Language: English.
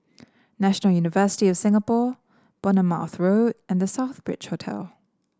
National University of Singapore Bournemouth Road and The Southbridge Hotel